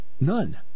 none